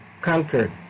conquered